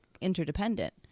interdependent